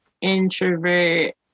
introvert